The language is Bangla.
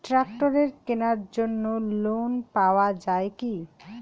ট্রাক্টরের কেনার জন্য লোন পাওয়া যায় কি?